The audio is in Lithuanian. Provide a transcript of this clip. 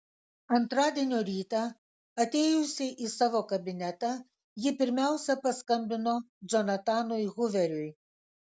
antradienio rytą atėjusi į savo kabinetą ji pirmiausia paskambino džonatanui huveriui